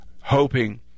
hoping